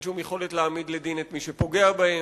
אין שום יכולת להעמיד לדין את מי שפוגע בהם,